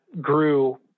grew